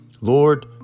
Lord